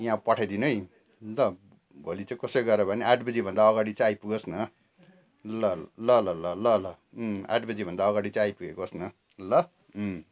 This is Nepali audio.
यहाँ पठाइदिनु है ल भोलि चाहिँ कसै गरेर भए पनि आठ बजी भन्दा अगाडि चाहिँ आइपुगोस् न ल ल ल ल ल ल आठ बजी भन्दा अगाडि चाहिँ आइपुगेको होस् न ल